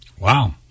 Wow